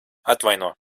atvaino